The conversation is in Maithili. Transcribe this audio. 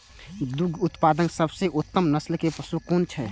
दुग्ध उत्पादक सबसे उत्तम नस्ल के पशु कुन छै?